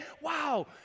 wow